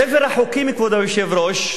ספר החוקים, כבוד היושב-ראש,